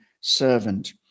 servant